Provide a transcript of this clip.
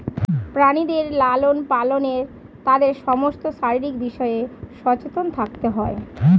প্রাণীদের লালন পালনে তাদের সমস্ত শারীরিক বিষয়ে সচেতন থাকতে হয়